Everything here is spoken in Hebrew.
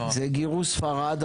זה גירוש ספרד,